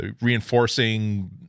reinforcing